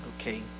okay